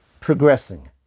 progressing